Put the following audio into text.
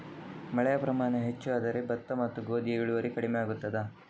ಮಳೆಯ ಪ್ರಮಾಣ ಹೆಚ್ಚು ಆದರೆ ಭತ್ತ ಮತ್ತು ಗೋಧಿಯ ಇಳುವರಿ ಕಡಿಮೆ ಆಗುತ್ತದಾ?